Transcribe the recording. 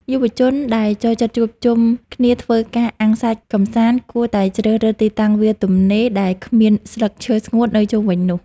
យុវជនដែលចូលចិត្តជួបជុំគ្នាធ្វើការអាំងសាច់កម្សាន្តគួរតែជ្រើសរើសទីតាំងវាលទំនេរដែលគ្មានស្លឹកឈើស្ងួតនៅជុំវិញនោះ។